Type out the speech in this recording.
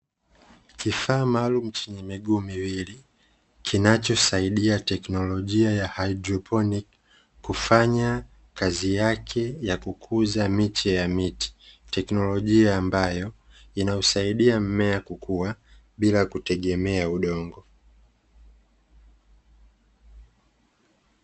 Kifaa maalumu chenye miguu miwili kinachosaidia teknolojia ya haidroponi kufanya kazi yake ya kukuza miche ya miti, teknolojia ambayo inausaidia mmea kukua bila kutegemea udongo.